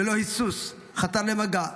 ללא היסוס חתר למגע,